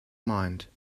mind